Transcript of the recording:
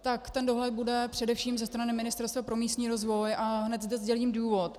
Tak ten dohled bude především ze strany Ministerstva pro místní rozvoj a hned zde sdělím důvod.